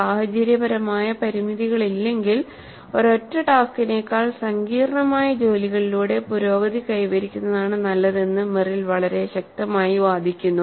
സാഹചര്യപരമായ പരിമിതികളില്ലെങ്കിൽ ഒരൊറ്റ ടാസ്ക്കിനേക്കാൾ സങ്കീർണ്ണമായ ജോലികളിലൂടെ പുരോഗതി കൈവരിക്കുന്നതാണ് നല്ലതെന്ന് മെറിൽ വളരെ ശക്തമായി വാദിക്കുന്നു